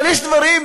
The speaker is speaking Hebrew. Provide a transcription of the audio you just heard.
אבל יש דברים,